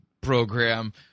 program